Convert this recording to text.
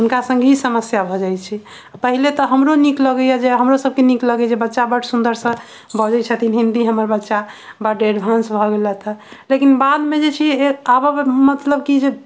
हुनका सङ्ग ई समस्या भऽ जाइ छै पहिले तऽ हमरो नीक लगैया जे हमरो सभके नीक लगैया जे बच्चा बड सुन्दरसँ बजै छथिन हिन्दी हमर बच्चा बड एडवान्स भऽ गेलथिहँ लेकिन बाद मे जे छै एक आबऽ कऽ मतलब की जे